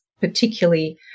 Particularly